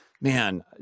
Man